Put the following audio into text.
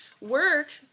Work